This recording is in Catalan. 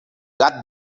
gat